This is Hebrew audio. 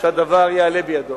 שהדבר יעלה בידו.